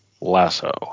Lasso